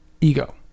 ego